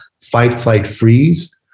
fight-flight-freeze